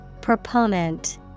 Proponent